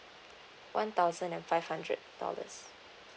one thousand and five hundred dollars